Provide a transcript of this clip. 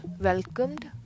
welcomed